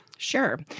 Sure